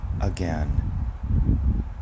again